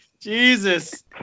Jesus